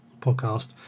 podcast